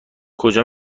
کجا